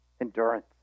endurance